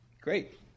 great